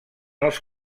els